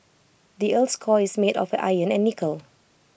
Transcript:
the Earth's core is made of iron and nickel